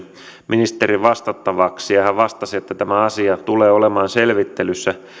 ministerin vastattavaksi ja ja hän vastasi että tämä asia tulee olemaan selvittelyssä